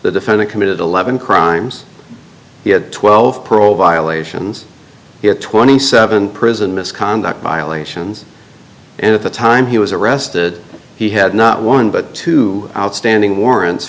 the defendant committed eleven crimes he had twelve parole violations he had twenty seven dollars prison misconduct violations and at the time he was arrested he had not one but two outstanding warrants